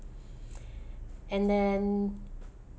and then